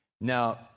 Now